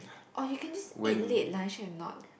orh you can just ate late lunch or not